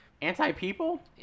Anti-people